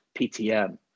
PTM